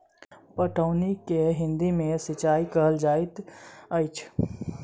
पटौनी के हिंदी मे सिंचाई कहल जाइत अछि